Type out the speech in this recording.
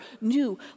new